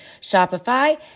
Shopify